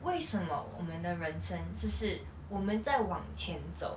为什么我们的人身只是我们在往前走